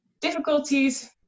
difficulties